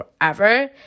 forever